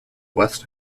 west